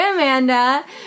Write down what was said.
Amanda